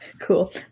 cool